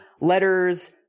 letters